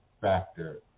factor